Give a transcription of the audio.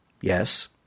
yes